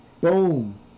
boom